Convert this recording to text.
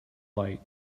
light